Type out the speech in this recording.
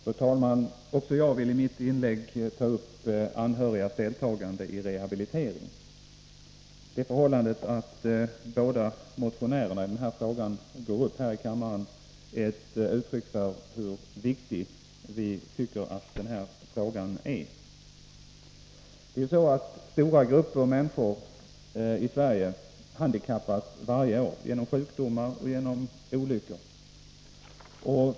Fru talman! Också jag vill i mitt inlägg ta upp anhörigas deltagande i rehabilitering. Det förhållandet att båda motionärerna i denna fråga går upp i kammarens talarstol är ett uttryck för hur viktig vi tycker att den här frågan är. Stora grupper människor i Sverige handikappas varje år genom sjukdomar och genom olyckor.